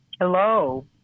Hello